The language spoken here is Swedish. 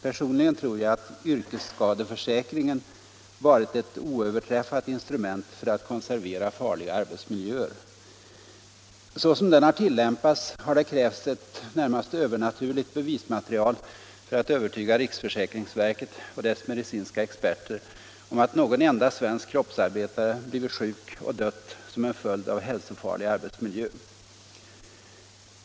Personligen tror jag att yrkesskadeförsäkringen varit ett oöverträffat instrument för att konservera farliga arbetsmiljöer. Så som den har tillämpats har det krävts ett närmast övernaturligt bevismaterial för att övertyga riksförsäkringsverket och dess medicinska experter om att någon enda svensk kroppsarbetare blivit sjuk och dött som en följd av hälsofarlig arbetsmiljö.